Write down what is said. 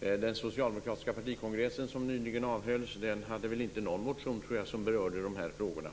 Den socialdemokratiska partikongressen som nyligen avhölls hade väl inte någon motion som berörde de här frågorna.